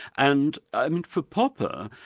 and for popper,